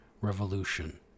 revolution